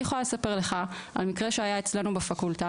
אני יכולה לספר לך על מקרה שהיה אצלנו בפקולטה